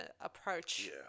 approach